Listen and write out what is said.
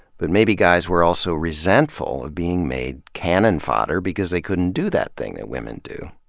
but maybe guys were also resentful of being made cannon fodder because they couldn't do that thing that women do.